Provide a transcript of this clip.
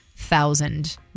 thousand